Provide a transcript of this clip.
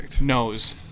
Knows